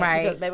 Right